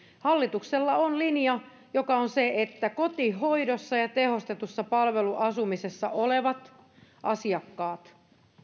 hallituksella on linja joka on se että kotihoidossa ja tehostetussa palveluasumisessa olevat asiakkaat